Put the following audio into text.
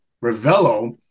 Ravello